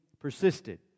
persisted